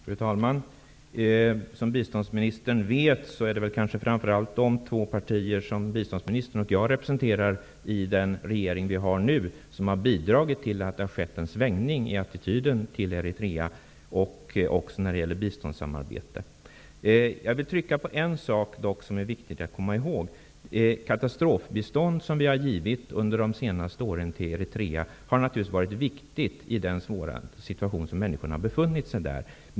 Fru talman! Som biståndsministern vet är det kanske framför allt de två partier som biståndsministern och jag representerar i den nuvarande regeringen som har bidragit till att det har skett en svängning i attityden till Eritrea och också när det gäller biståndssamarbete. Jag vill trycka på en sak som är viktig att komma ihåg. Det katastrofbistånd som vi har gett till Eritrea under de senaste åren, har naturligtvis varit viktigt i den svåra situation som människorna där har befunnit sig i.